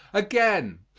again,